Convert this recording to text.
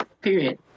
Period